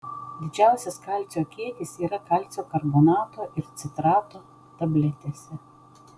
didžiausias kalcio kiekis yra kalcio karbonato ir citrato tabletėse